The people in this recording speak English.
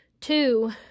Two